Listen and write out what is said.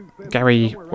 Gary